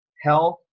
health